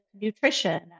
nutrition